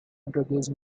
introduce